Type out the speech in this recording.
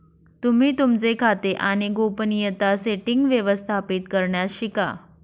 तुम्ही तुमचे खाते आणि गोपनीयता सेटीन्ग्स व्यवस्थापित करण्यास शिका